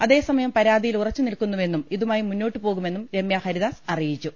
അതേസമയം പരാതിയിൽ ഉറച്ചു നിൽക്കുന്നുവെന്നും ഇതുമായി മുന്നോട്ടുപോകുമെന്നും രമൃഹരിദാസ് അറി യിച്ചു